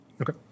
Okay